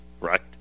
right